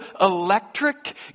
electric